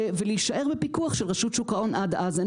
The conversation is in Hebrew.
ולהישאר בפיקוח של רשות שוק ההון עד אז.